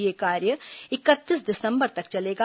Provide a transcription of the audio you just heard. यह कार्य इकतीस दिसंबर तक चलेगा